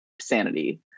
sanity